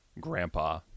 grandpa